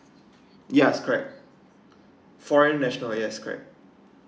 yes correct foreign national yes correct